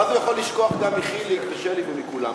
ואז הוא יכול לשכוח גם מחיליק ושלי ומכולם,